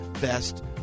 best